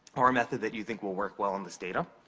or a method that you think will work well on this data.